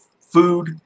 food